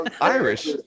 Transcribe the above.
Irish